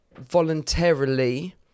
voluntarily